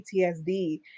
PTSD